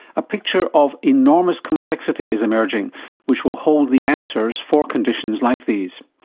a picture of enormous complexity is emerging which will hold the answers for conditions like these.